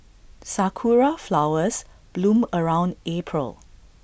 Sakura Flowers bloom around April